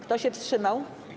Kto się wstrzymał?